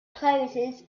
closes